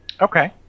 Okay